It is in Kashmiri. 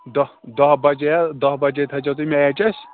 دہ دہ بَجے حظ دہ بَجے تھٲے زیٚو تُہۍ میچ اَسہِ